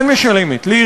כן, כן.